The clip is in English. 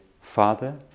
father